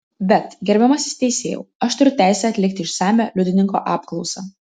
bet gerbiamasis teisėjau aš turiu teisę atlikti išsamią liudininko apklausą